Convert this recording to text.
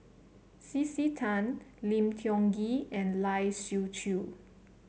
C C Tan Lim Tiong Ghee and Lai Siu Chiu